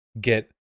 get